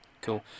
Cool